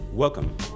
Welcome